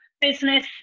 business